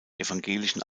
evangelischen